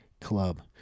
club